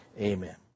Amen